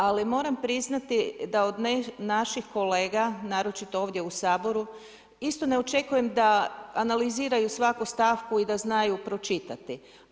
Ali moram priznati da od naših kolega naročito ovdje u Saboru isto ne očekujem da analiziraju svaku stavku i da znaju pročitati.